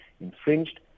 infringed